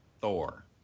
Thor